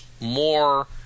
more